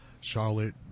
Charlotte